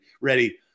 ready